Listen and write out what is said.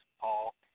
Paul